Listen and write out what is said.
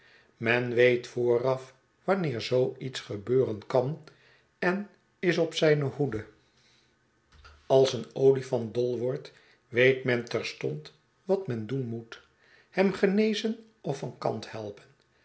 men weet vooraf wanneer zoo iets gebeuren kan en is op zijne hoede als een olifant dol wordt weet men terstond wat men doen moet hem genezen of van kant helpen